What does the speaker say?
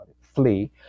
flee